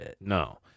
No